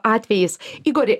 atvejis igori